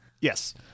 Yes